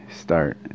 start